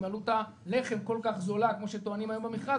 אם עלות הלחם כל כך זולה כמו שטוענים היום במכרז,